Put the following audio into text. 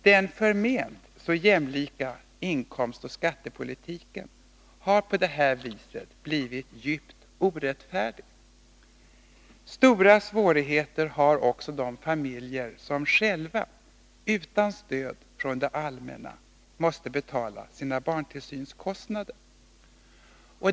Den förment jämlika inkomstoch skattepolitiken har på så sätt blivit djupt orättfärdig. Stora svårigheter har också de familjer som själva utan stöd från det allmänna måste betala sina barntillsynskostnader.